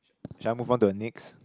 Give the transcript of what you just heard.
should I move on to the next